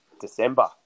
December